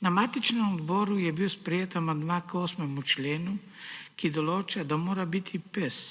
Na matičnem odboru je bil sprejet amandma k 8. členu, ki določa, da mora biti pes,